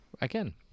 Again